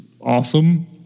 awesome